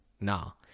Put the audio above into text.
now